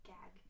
Gag